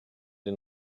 den